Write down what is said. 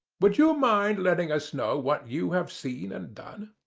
would you mind letting us know what you have seen and done?